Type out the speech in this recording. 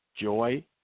joy